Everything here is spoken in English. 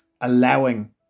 allowing